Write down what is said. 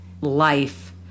life